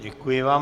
Děkuji vám.